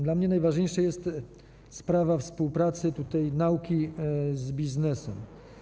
Dla mnie najważniejsza jest sprawa współpracy nauki z biznesem.